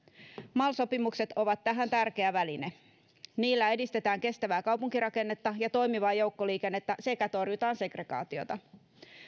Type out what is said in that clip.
mal sopimukset ovat tähän tärkeä väline niillä edistetään kestävää kaupunkirakennetta ja toimivaa joukkoliikennettä sekä torjutaan segregaatiota